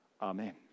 Amen